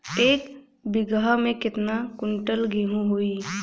एक बीगहा में केतना कुंटल गेहूं होई?